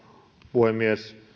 puhemies